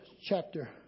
chapter